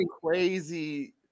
crazy